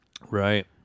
Right